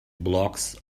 blocks